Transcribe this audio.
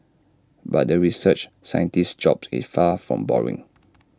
but the research scientist's job is far from boring